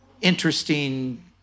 interesting